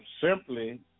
simply